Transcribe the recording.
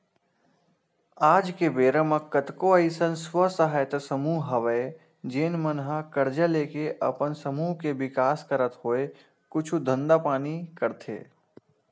आज के बेरा म कतको अइसन स्व सहायता समूह हवय जेन मन ह करजा लेके अपन समूह के बिकास करत होय कुछु धंधा पानी करथे